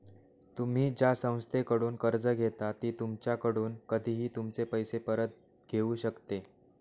तुम्ही ज्या संस्थेकडून कर्ज घेता ती तुमच्याकडून कधीही तुमचे पैसे परत घेऊ शकते